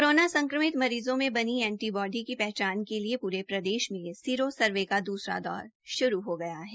corona संक्रमित मरीजों में बनी एंटी बॉडी की पहचान के लिए प्रे प्रदेश में सिरो सर्वे का द्सरा दौर श्रू हो गया है